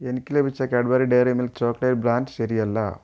എനിക്ക് ലഭിച്ച Cadbury Dairy Milk chocolate brand ശരിയല്ല